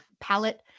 palette